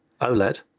OLED